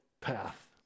path